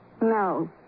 No